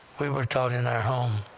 we were taught in our home